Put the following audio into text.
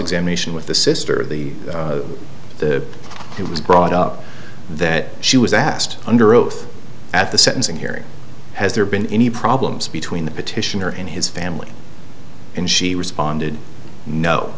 examination with the sister of the the it was brought up that she was asked under oath at the sentencing hearing has there been any problems between the petitioner and his family and she responded